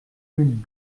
mille